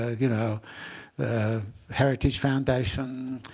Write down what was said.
ah you know the heritage foundation.